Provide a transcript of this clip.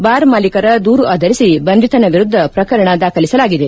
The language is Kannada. ಬಾರ್ ಮಾಲೀಕರ ದೂರು ಆಧರಿಸಿ ಬಂಧಿತನ ವಿರುದ್ದ ಪ್ರಕರಣ ದಾಖಲಿಸಲಾಗಿದೆ